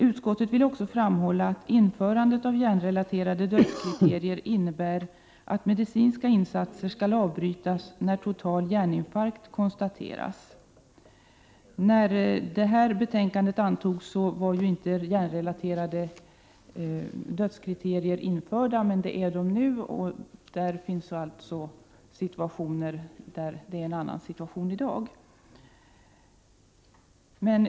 Utskottet vill också framhålla att införandet av hjärnrelaterade dödskriterier innebär att medicinska insatser skall avbrytas när total hjärninfarkt konstateras ---.” När detta betänkande antogs var inte hjärnrelaterade dödskriterier införda, men det är de nu, och situationen är alltså en annan i dag.